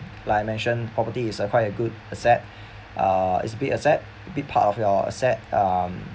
like I mention property is uh quite a good asset uh it's a big asset big part of your asset um